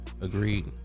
agreed